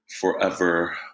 forever